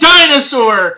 Dinosaur